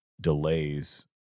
delays